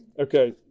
Okay